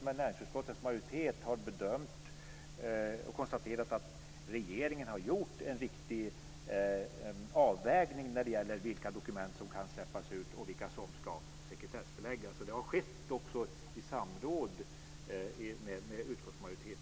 Men näringsutskottets majoritet har bedömt detta och konstaterat att regeringen har gjort en riktig avvägning när det gäller vilka dokument som kan släppas ut och vilka som ska sekretessbeläggas. Det har också skett i samråd med utskottsmajoriteten.